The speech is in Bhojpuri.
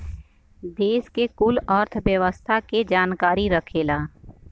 देस के कुल अर्थव्यवस्था के जानकारी रखेला